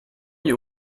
you